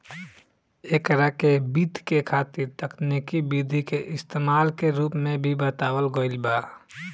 एकरा के वित्त के खातिर तकनिकी विधि के इस्तमाल के रूप में भी बतावल गईल बा